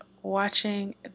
watching